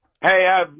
Hey